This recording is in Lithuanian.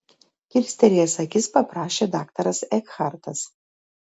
kilstelėjęs akis paprašė daktaras ekhartas